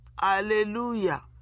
Hallelujah